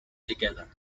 together